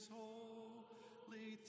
holy